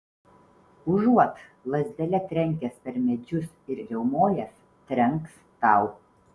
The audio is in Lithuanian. užuot lazdele trenkęs per medžius ir riaumojęs trenks tau